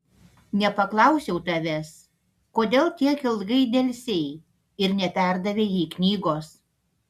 nepaklausiau tavęs kodėl tiek ilgai delsei ir neperdavei jai knygos